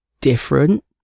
different